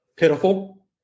Pitiful